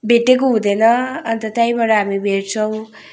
भेटेको हुँदैन अन्त त्यहीँबाट हामी भेट्छौँ